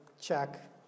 check